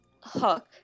Hook